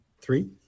three